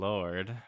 Lord